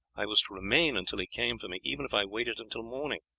i was to remain until he came for me even if i waited until morning.